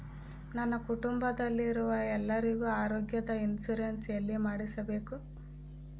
ನನ್ನ ಕುಟುಂಬದಲ್ಲಿರುವ ಎಲ್ಲರಿಗೂ ಆರೋಗ್ಯದ ಇನ್ಶೂರೆನ್ಸ್ ಎಲ್ಲಿ ಮಾಡಿಸಬೇಕು?